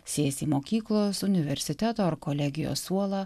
sės į mokyklos universiteto ar kolegijos suolą